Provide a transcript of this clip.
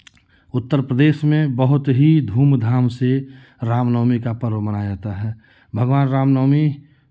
उत्तर प्रदेश में बहुत ही धूम धाम से राम नवमी का पर्व मनाया जाता है भगवान राम नवमी को